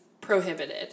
prohibited